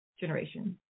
generation